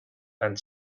and